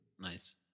Nice